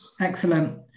Excellent